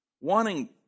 Wanting